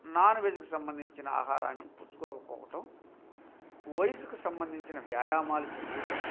non వెజ్కి సంబంధించిన ఆహారాన్ని పుచ్చుకోకపోవటం వయసుకు సంబంధించిన వ్యాయామాలు చేయటం